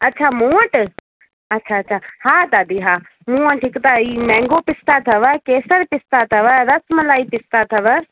अछा मूं वटि अछा दादी हा दादी हा मूं वटि हिकु त हीउ मैंगो पिस्ता अथव केसर पिस्ता अथव रसमलाई पिस्ता अथव